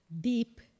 deep